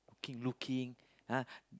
keep looking ah